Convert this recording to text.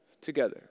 together